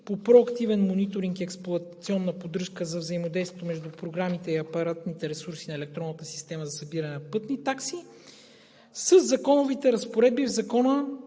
по проактивен мониторинг и експлоатационна поддръжка за взаимодействието между програмите и апаратните ресурси на електронната система за събиране пътни такси със законовите разпоредби в Закона